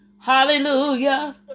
Hallelujah